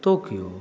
Tokyo